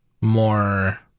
more